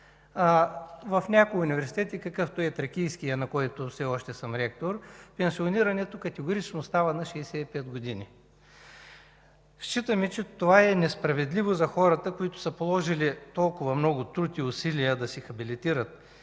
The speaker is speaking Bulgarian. В някои университети, какъвто е Тракийският университет, на който все още съм ректор, пенсионирането категорично става на 65 години. Считаме, че това е несправедливо за хората, които са положили толкова много труд и усилия, за да се хабилитират,